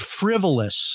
frivolous